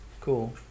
Cool